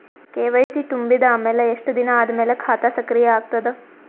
KYC ತುಂಬಿದ ಅಮೆಲ ಎಷ್ಟ ದಿನ ಆದ ಮೇಲ ಖಾತಾ ಸಕ್ರಿಯ ಅಗತದ?